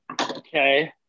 Okay